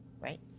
Right